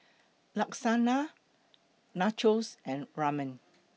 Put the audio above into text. Lasagna Nachos and Ramen